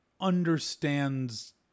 understands